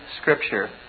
Scripture